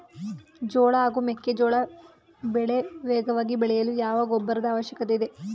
ಜೋಳ ಹಾಗೂ ಮೆಕ್ಕೆಜೋಳ ಬೆಳೆ ವೇಗವಾಗಿ ಬೆಳೆಯಲು ಯಾವ ಗೊಬ್ಬರದ ಅವಶ್ಯಕತೆ ಇದೆ?